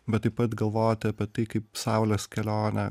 bet taip pat galvoti apie tai kaip saulės kelionę